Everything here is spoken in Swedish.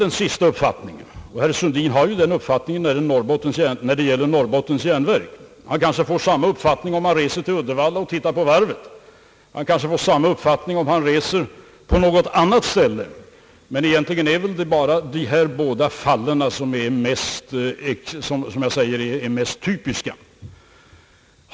Herr Sundin har ju den sistnämnda uppfattningen i fråga om Norrbottens järnverk, och han får kanske samma uppfattning om han reser till Uddevalla och tittar på varvet där. Han får kanske samma uppfattning också i fråga om andra företag, men dessa båda är väl de mest typiska fallen.